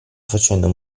facendo